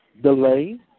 delay